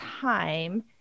time